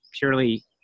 purely